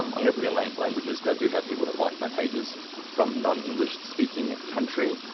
i'm gonna put in like languages cause i do have people that like my pages from non-english speaking countries.